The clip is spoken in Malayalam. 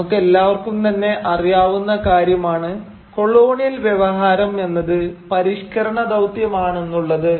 നമുക്കെല്ലാം തന്നെ അറിയാവുന്ന കാര്യമാണ് കൊളോണിയൽ വ്യവഹാരം എന്നത് പരിഷ്ക്കരണ ദൌത്യമാണെന്നുള്ളത്